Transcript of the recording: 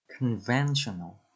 Conventional